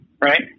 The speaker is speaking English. right